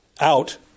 out